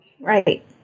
Right